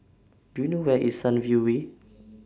Do YOU know Where IS Sunview Way